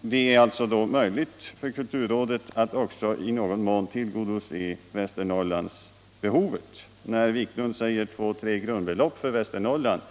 Det är därvid möjligt för kulturrådet att också i någon mån tillgodose behovet av ökade anslag för Västernorrland. Herr Wiklund talade om två, tre grundbelopp för Västernorrland.